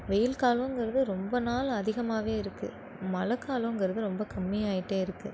வெயில் காலோங்கிறது ரொம்ப நாள் அதிகமாகவே இருக்கு மழை காலோங்கிறது ரொம்ப கம்மி ஆயிகிட்டே இருக்கு